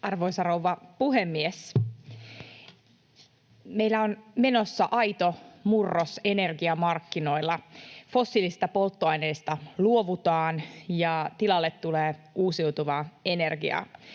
Arvoisa rouva puhemies! Meillä on menossa aito murros energiamarkkinoilla. Fossiilisista polttoaineista luovutaan, ja tilalle tulee uusiutuvaa energiaa.